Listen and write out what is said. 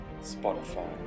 Spotify